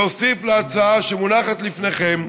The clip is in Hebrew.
להוסיף להצעה שמונחת לפניכם.